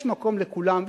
יש מקום לכולם,